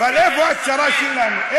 אבל איפה הצרה שלנו?